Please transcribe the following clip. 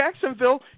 Jacksonville